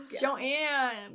joanne